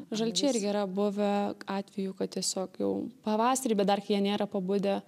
žalčiai irgi yra buvę atvejų kad tiesiog jau pavasarį bet dar kai jie nėra pabudę